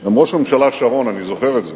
גם ראש הממשלה שרון, אני זוכר את זה,